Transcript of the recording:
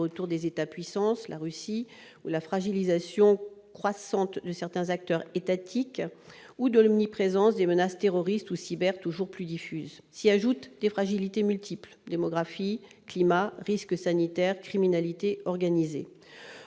retour des États-puissance- la Russie -ou la fragilisation croissante de certains acteurs étatiques, ou de l'omniprésence des menaces terroristes ou cyber toujours plus diffuses. S'y ajoutent « des fragilités multiples »: démographie, climat, risques sanitaires, criminalité organisée.